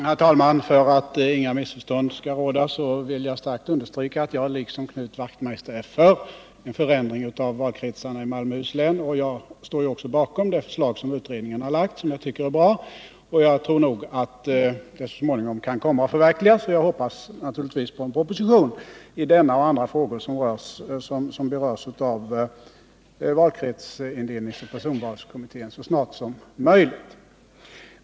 Herr talman! För att inga missförstånd skall råda vill jag starkt understryka att jag liksom Knut Wachtmeister är för en förändring av valkretsarna i Malmöhus län. Jag står ju också bakom det förslag som utredningen har lagt fram och som jag tycker är bra. Jag tror nog att det så småningom kan komma att förverkligas. Jag hoppas naturligtvis på en proposition i denna och andra frågor som berörs av personvalsoch valkretsutredningen så snart som möjligt.